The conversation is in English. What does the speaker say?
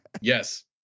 Yes